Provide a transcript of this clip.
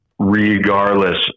regardless